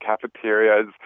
cafeterias